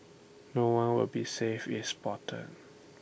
no one will be safe if spotted